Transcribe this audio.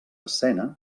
escena